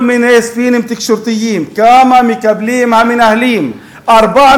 כל מיני ספינים תקשורתיים: כמה המנהלים מקבלים,